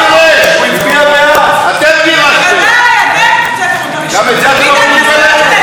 גירשת 8,000 יהודים מגוש קטיף.